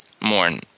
Mourn